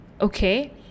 okay